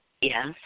Yes